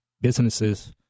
businesses